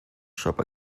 shop